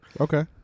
Okay